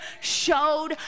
showed